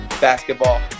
Basketball